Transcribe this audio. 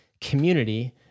community